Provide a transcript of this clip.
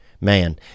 man